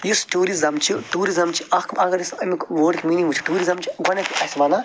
یُس ٹیٛوٗرِزٕم چھُ ٹیٛوٗرِزٕم چھُ اَکھ اَگر أسۍ أمیٛک وٲرڈُک میٖنِنٛگ وُچھو ٹیٛوٗرِزٕم چھُ گۄڈٕنیٚتھٕے اسہِ وَنان